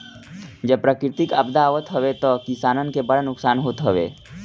जब प्राकृतिक आपदा आवत हवे तअ किसानन के बड़ा नुकसान होत हवे